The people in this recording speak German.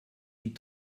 die